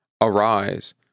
Arise